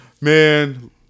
Man